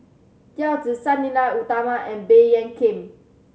Yao Zi Sang Nila Utama and Baey Yam Keng